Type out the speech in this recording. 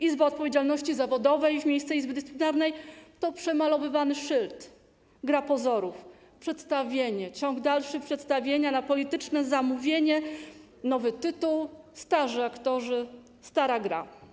Izba Odpowiedzialności Zawodowej w miejsce Izby Dyscyplinarnej to przemalowywany szyld, gra pozorów, przedstawienie, ciąg dalszy przedstawienia na polityczne zamówienie, nowy tytuł, starzy aktorzy, stara gra.